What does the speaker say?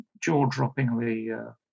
jaw-droppingly